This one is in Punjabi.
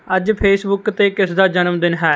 ਅੱਜ ਫੇਸਬੁੱਕ 'ਤੇ ਕਿਸਦਾ ਜਨਮਦਿਨ ਹੈ